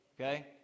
Okay